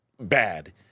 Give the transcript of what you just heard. bad